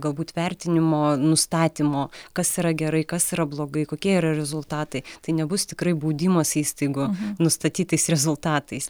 galbūt vertinimo nustatymo kas yra gerai kas yra blogai kokie yra rezultatai tai nebus tikrai baudimas įstaigų nustatytais rezultatais